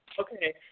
Okay